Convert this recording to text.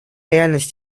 реальность